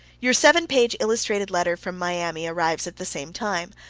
your seven-page illustrated letter from miami arrives at the same time.